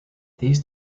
these